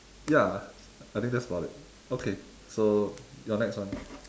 ya I think that's about it okay so your next one